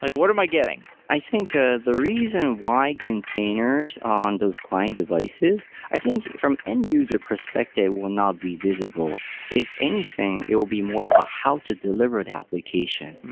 like what am i getting? i think ah the reason why containers on those client devices, i think from end user perspective will not be visible if anything, it will be more about how to deliver the application.